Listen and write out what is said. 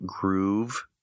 groove